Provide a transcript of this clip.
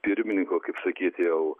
pirmininko sakyt jau